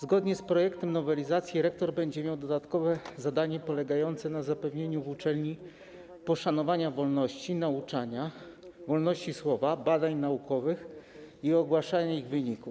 Zgodnie z projektem nowelizacji rektor będzie miał dodatkowe zadanie polegające na zapewnieniu w uczelni poszanowania wolności nauczania, wolności słowa, badań naukowych i ogłaszania ich wyników.